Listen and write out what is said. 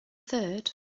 third